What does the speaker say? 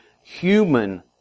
human